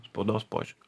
spaudos požiūriu